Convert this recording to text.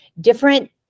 different